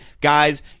Guys